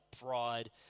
pride